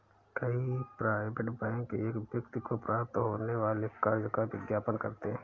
कई private bank एक व्यक्ति को प्राप्त होने वाले कर्ज का विज्ञापन करते हैं